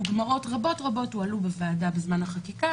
דוגמאות רבות רבות הועלו בוועדה בזמן החקיקה,